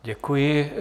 Děkuji.